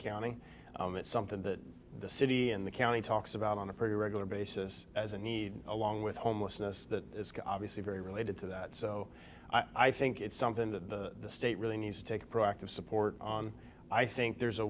county and it's something that the city and the county talks about on a pretty regular basis as a need along with homelessness that is obviously very related to that so i think it's something that the state really needs to take a proactive support on i think there's a